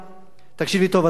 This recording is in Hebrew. תקשיב לי טוב, אדוני טיבייב,